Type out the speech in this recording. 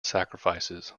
sacrifices